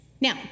Now